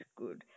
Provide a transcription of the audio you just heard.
good